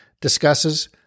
discusses